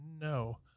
no